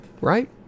Right